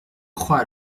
crois